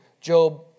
Job